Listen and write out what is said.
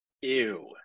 Ew